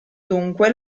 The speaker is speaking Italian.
dunque